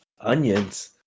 Onions